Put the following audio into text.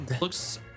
looks